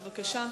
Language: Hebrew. בבקשה.